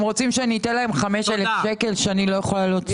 רוצים שאתן לכם 5,000 שקל שאני לא יכולה להוציא.